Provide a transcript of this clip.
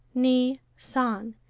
ni, san,